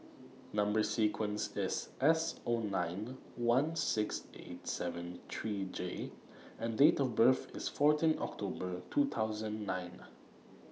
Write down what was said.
Number sequence IS S O nine one six eight seven three J and Date of birth IS fourteen October two thousand nine